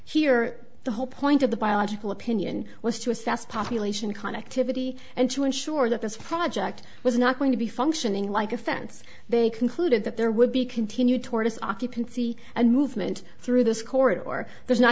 here the whole point of the biological opinion was to assess population connectivity and to ensure that this project was not going to be functioning like a fence they concluded that there would be continued tortoise occupancy and movement through this corridor or there's not